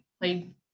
played